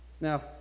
Now